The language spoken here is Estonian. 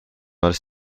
alles